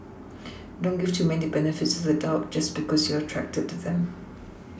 don't give too many benefits of the doubt just because you're attracted to them